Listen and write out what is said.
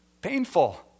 Painful